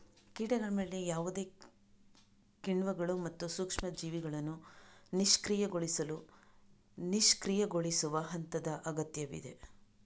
ಕೀಟಗಳ ಮೇಲೆ ಯಾವುದೇ ಕಿಣ್ವಗಳು ಮತ್ತು ಸೂಕ್ಷ್ಮ ಜೀವಿಗಳನ್ನು ನಿಷ್ಕ್ರಿಯಗೊಳಿಸಲು ನಿಷ್ಕ್ರಿಯಗೊಳಿಸುವ ಹಂತದ ಅಗತ್ಯವಿದೆ